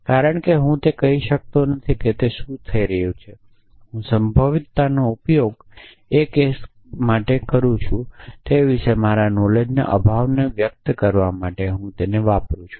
કારણ કે હું તે કહી શકતો નથી કે તે શું થાય રહ્યું છે હું સંભવિતતાનો ઉપયોગ ખરેખર જે કેસ છે તે વિશે મારા નોલેજના અભાવને વ્યક્ત કરવા માટે કરું છું